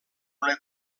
una